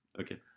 Okay